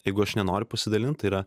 jeigu aš nenoriu pasidalint tai yra